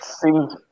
Seems